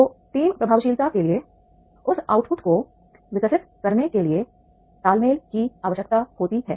तो टीम प्रभावशीलता के लिए उस आउटपुट को विकसित करने के लिए तालमेल की आवश्यकता होती है